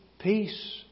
peace